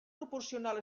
proporcional